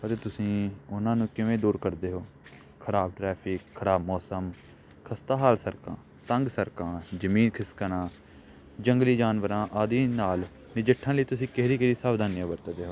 ਅਤੇ ਤੁਸੀਂ ਉਹਨਾਂ ਨੂੰ ਕਿਵੇਂ ਦੂਰ ਕਰਦੇ ਹੋ ਖਰਾਬ ਟਰੈਫਿਕ ਖਰਾਬ ਮੌਸਮ ਖਸਤਾ ਹਾਲ ਸੜਕਾਂ ਤੰਗ ਸੜਕਾਂ ਜ਼ਮੀਨ ਖਿਸਕਣਾ ਜੰਗਲੀ ਜਾਨਵਰਾਂ ਆਦਿ ਨਾਲ ਨਜਿੱਠਣ ਲਈ ਤੁਸੀਂ ਕਿਹੜੀ ਕਿਹੜੀ ਸਾਵਧਾਨੀਆਂ ਵਰਤਦੇ ਹੋ